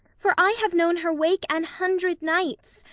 for i have known her wake an hundred nights,